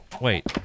wait